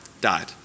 died